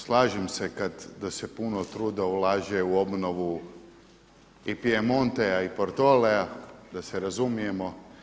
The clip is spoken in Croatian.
Slažem se da se puno truda ulaže u obnovu i Pijemonteja i Portoleja, da se razumijemo.